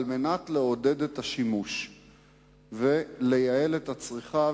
על מנת לעודד את השימוש ולייעל את הצריכה,